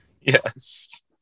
Yes